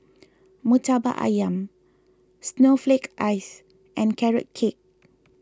Murtabak Ayam Snowflake Ice and Carrot Cake